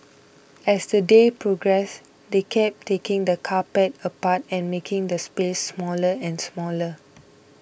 as the day progressed they kept taking the carpet apart and making the space smaller and smaller